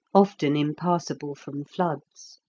often impassable from floods.